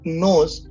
knows